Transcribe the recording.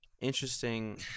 interesting